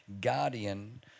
guardian